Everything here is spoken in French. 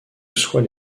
soient